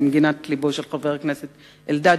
למגינת לבו של חבר הכנסת אלדד,